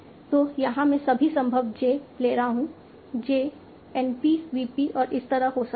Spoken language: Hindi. तो यहां मैं सभी संभव j ले रहा हूं j NP V p और इसी तरह हो सकता है